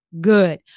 Good